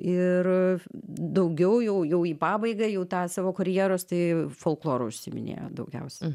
ir daugiau jau jau į pabaigą jau tą savo karjeros tai folkloru užsiiminėjo daugiausia